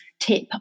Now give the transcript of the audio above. tip